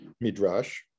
Midrash